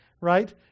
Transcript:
right